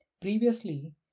previously